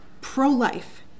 pro-life